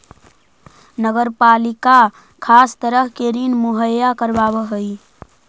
नगर पालिका खास तरह के ऋण मुहैया करावऽ हई